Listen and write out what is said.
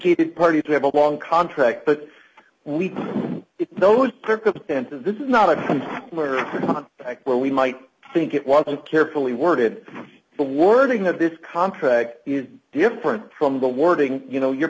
sophisticated parties have a long contract but we those circumstances this is not about where we might think it was a carefully worded the wording of this contract is different from the wording you know your